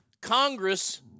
Congress